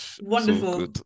Wonderful